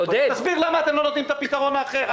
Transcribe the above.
תסביר למה אתם לא נותנים את הפתרון האחר.